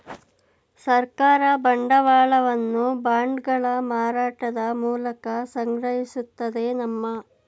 ಸರ್ಕಾರ ಬಂಡವಾಳವನ್ನು ಬಾಂಡ್ಗಳ ಮಾರಾಟದ ಮೂಲಕ ಸಂಗ್ರಹಿಸುತ್ತದೆ ನಮ್ಮ